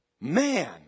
Man